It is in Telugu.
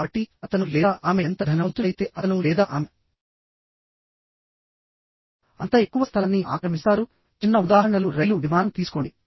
కాబట్టి అతను లేదా ఆమె ఎంత ధనవంతులైతే అతను లేదా ఆమె అంత ఎక్కువ స్థలాన్ని ఆక్రమిస్తారు చిన్న ఉదాహరణలు రైలు విమానం తీసుకోండి